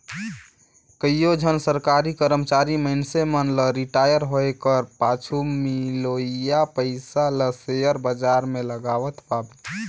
कइयो झन सरकारी करमचारी मइनसे मन ल रिटायर होए कर पाछू मिलोइया पइसा ल सेयर बजार में लगावत पाबे